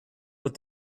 what